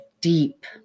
deep